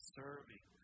serving